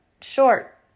short